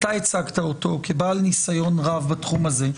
אתה הצגת אותו כבעל ניסיון רב בתחום הזה.